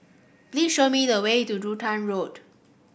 please show me the way to Duxton Road